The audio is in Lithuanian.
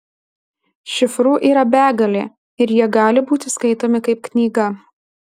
šifrų yra begalė ir jie gali būti skaitomi kaip knyga